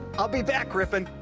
i'll be back, ripon!